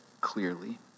clearly